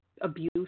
Abuse